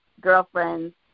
girlfriends